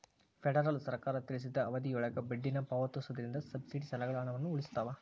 federal ಸರ್ಕಾರ ತಿಳಿಸಿದ ಅವಧಿಯೊಳಗ ಬಡ್ಡಿನ ಪಾವತಿಸೋದ್ರಿಂದ ಸಬ್ಸಿಡಿ ಸಾಲಗಳ ಹಣವನ್ನ ಉಳಿಸ್ತದ